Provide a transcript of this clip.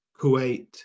Kuwait